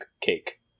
cake